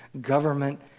government